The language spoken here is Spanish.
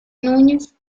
núñez